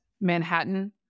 Manhattan